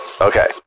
Okay